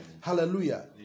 Hallelujah